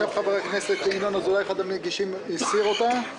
חבר הכנסת ינון אזולאי, אחד המגישים, הסיר אותה.